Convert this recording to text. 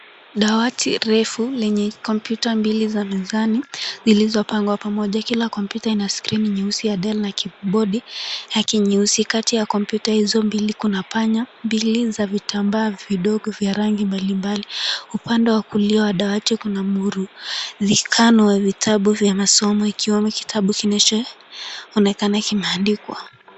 Dawati refu lenye kompyuta mbili za mezani zilizopangwa pamoja. Kila kompyuta ina skrini nyeusi ya Dell na keyboard yake nyeusi. Kati ya kompyuta hizo mbili kuna panya mbili za vitambaa vidogo vya rangi mbali mbali. Upande wa kulia wa dawati kuna mrundikano wa vitabu vya masomo ikiwemo kitabu kinachoonekana kimeandikwa.